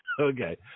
Okay